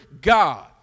God